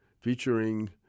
featuring